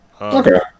Okay